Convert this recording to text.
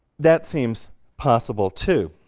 that seems possible, too.